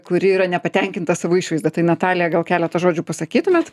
kuri yra nepatenkinta savo išvaizda tai natalija gal keletą žodžių pasakytumėt